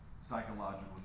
psychological